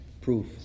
proof